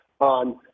on